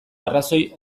arrazoi